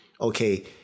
Okay